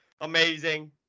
amazing